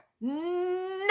No